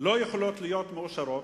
לא יכולים להיות מאושרים,